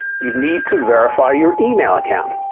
you need to verify your email account.